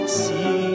see